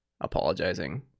apologizing